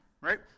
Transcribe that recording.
right